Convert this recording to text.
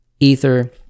Ether